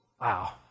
Wow